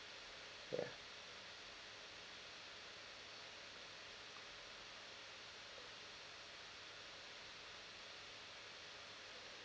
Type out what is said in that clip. ya